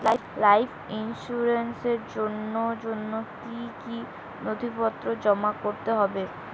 Life ইন্সুরেন্সর জন্য জন্য কি কি নথিপত্র জমা করতে হবে?